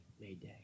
mayday